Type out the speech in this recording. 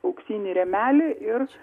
auksinį rėmelį ir